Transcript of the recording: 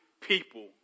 people